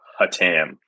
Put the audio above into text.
Hatam